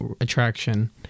attraction